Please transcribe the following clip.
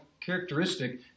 characteristic